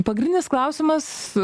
pagrindinis klausimas